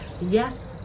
yes